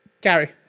Gary